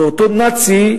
ואותו נאצי,